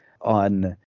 on